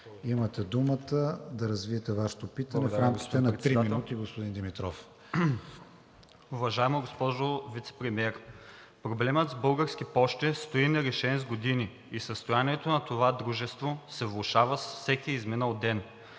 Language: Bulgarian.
Имате думата да развиете Вашето питане в рамките на 3 минути, господин Димитров. НИКОЛА ДИМИТРОВ (ВЪЗРАЖДАНЕ): Уважаема госпожо вицепремиер, проблемът с Български пощи стои нерешен с години и състоянието на това дружество се влошава с всеки изминал ден.